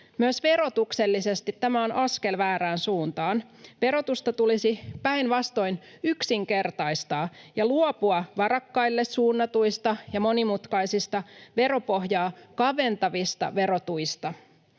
Myös verotuksellisesti tämä on askel väärään suuntaan. Verotusta tulisi päinvastoin yksinkertaistaa ja luopua varakkaille suunnatuista ja monimutkaisista, veropohjaa kaventavista verotuista.